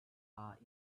high